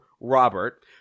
Robert